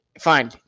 Fine